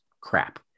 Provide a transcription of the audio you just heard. crap